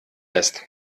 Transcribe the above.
lässt